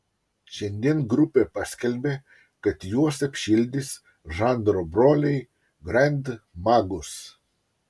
šiandien grupė paskelbė kad juos apšildys žanro broliai grand magus